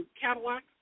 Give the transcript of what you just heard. Cadillac